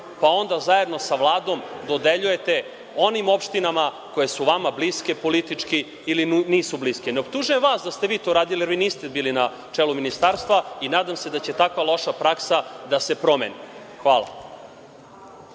pa onda zajedno sa Vladom dodeljujete onim opštinama koje su vama bliske politički ili nisu bliske. Ne optužujem vas da ste vi to radili jer vi niste bili na čelu Ministarstva i nadam se da će takva loša praksa da se promeni. Hvala.